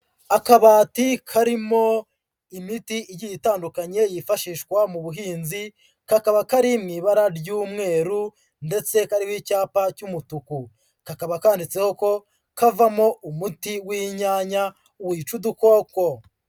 Akabati karimo imiti igiye itandukanye yifashishwa mu buhinzi, kakaba kari mu ibara ry'umweru ndetse kariho icyapa cy'umutuku, kakaba kanditseho ko kavamo umuti w'inyanya wica udukoko.